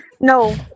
No